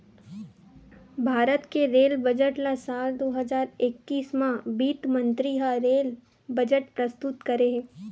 भारत के rail budget ल साल दू हजार एक्कीस म बित्त मंतरी ह रेल बजट प्रस्तुत करे हे